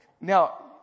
now